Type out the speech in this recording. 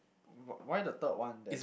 wh~ why the third one then